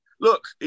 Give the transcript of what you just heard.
look